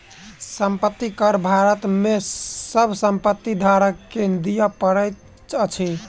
संपत्ति कर भारत में सभ संपत्ति धारक के दिअ पड़ैत अछि